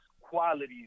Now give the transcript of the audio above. qualities